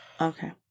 Okay